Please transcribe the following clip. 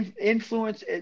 influence